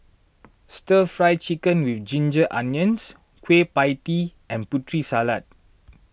Stir Fry Chicken with Ginger Onions Kueh Pie Tee and Putri Salad